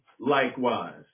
likewise